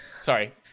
Sorry